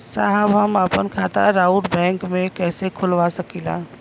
साहब हम आपन खाता राउर बैंक में कैसे खोलवा सकीला?